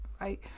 right